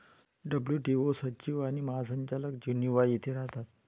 WTO सचिव आणि महासंचालक जिनिव्हा येथे राहतात